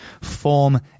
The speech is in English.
form